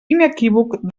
inequívoc